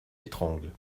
étrangle